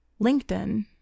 LinkedIn